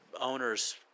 owners